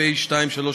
התשע"ו 2015,